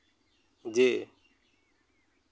ᱡᱮ